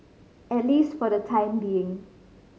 at least for the time being